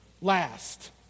last